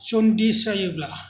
जन्दिस जायोब्ला